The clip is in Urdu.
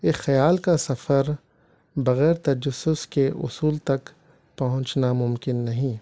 ایک خیال کا سفر بغیر تجسس کے اصول تک پہنچنا ممکن نہیں